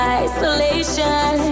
isolation